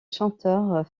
chanteur